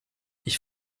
ich